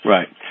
Right